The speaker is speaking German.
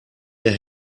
der